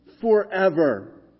forever